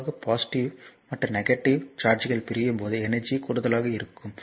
பொதுவாக பாசிட்டிவ் மற்றும் நெகட்டிவ் சார்ஜ்கள் பிரியும் போது எனர்ஜி குடுதல்யாகயிருக்கும்